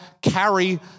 carry